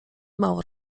mało